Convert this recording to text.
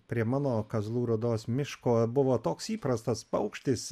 prie mano kazlų rūdos miško buvo toks įprastas paukštis